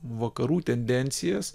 vakarų tendencijas